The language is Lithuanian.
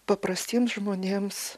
paprastiems žmonėms